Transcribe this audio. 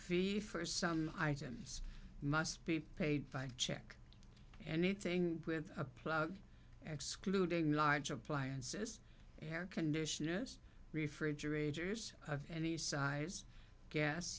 fee for some items must be paid by check anything with a plug excluding large appliances air conditioners refrigerators of any size gas